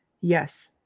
yes